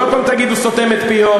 עוד פעם תגידו סותמת פיות,